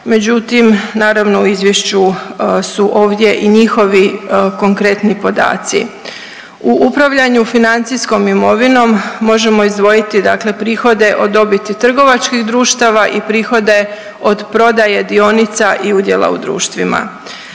međutim naravno u izvješću su ovdje i njihovi konkretni podaci. U upravljanju financijskom imovinom možemo izdvojiti, dakle prihode od dobiti trgovačkih društava i prihode od prodaje dionica i udjela u društvima.